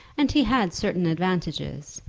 and he had certain advantages,